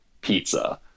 pizza